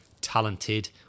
talented